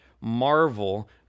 marvel